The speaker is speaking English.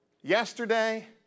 Yesterday